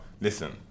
listen